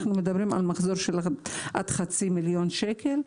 מדברים על מחזור של עד חצי מיליון שקל.